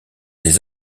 des